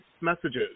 messages